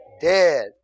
Dead